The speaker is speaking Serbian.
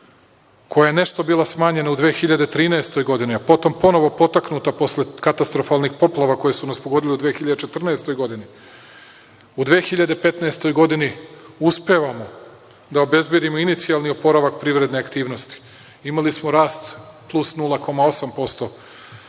koja je nešto bila smanjena u 2013. godini, a potom ponovo potaknuta posle katastrofalnih poplava koje su nas pogodile u 2014. godini.U 2015. godini uspevamo da obezbedimo inicijalni oporavak privredne aktivnosti. Imali smo rast plus 0,8%